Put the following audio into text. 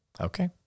Okay